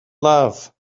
love